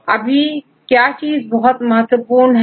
तो अभी समय और क्या चीज बहुत महत्वपूर्ण है